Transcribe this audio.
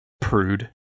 prude